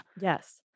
Yes